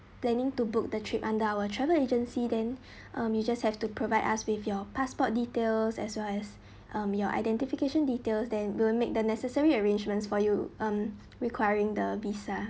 planning to book the trip under our travel agency then um you just have to provide us with your passport details as well as um your identification details that will make the necessary arrangements for you um requiring the visa